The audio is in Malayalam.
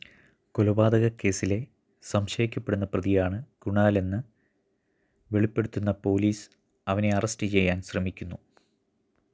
കൊലപാതകക്കേസിലെ സംശയിക്കപ്പെടുന്ന പ്രതിയാണ് കുണാലെന്ന് വെളിപ്പെടുത്തുന്ന പോലീസ് അവനെ അറസ്റ്റ് ചെയ്യാൻ ശ്രമിക്കുന്നു